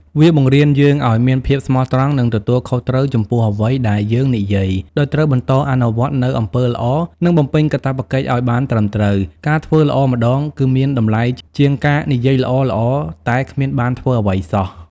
វាបង្រៀនយើងឱ្យមានភាពស្មោះត្រង់ និងទទួលខុសត្រូវចំពោះអ្វីដែលយើងនិយាយ ដោយត្រូវបន្តអនុវត្តនូវអំពើល្អ និងបំពេញកាតព្វកិច្ចឱ្យបានត្រឹមត្រូវ។ ការធ្វើល្អម្តងគឺមានតម្លៃជាងការនិយាយល្អៗតែគ្មានបានធ្វើអ្វីសោះ។